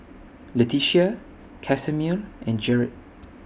Letitia Casimer and Jered